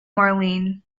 marlene